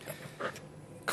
מס' 3921 ו-3937.